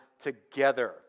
together